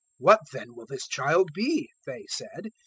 what then will this child be? they said.